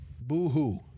Boo-hoo